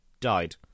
died